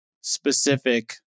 specific